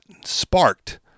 sparked